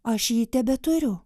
aš jį tebeturiu